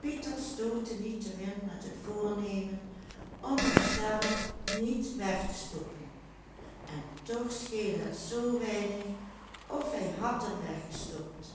pieter stootte niettemin met het voornemen om hem stellig niet weg te stoppen en toch scheelde het zoo weinig of hij had hem weggestopt